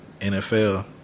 NFL